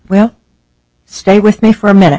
well stay with me for a minute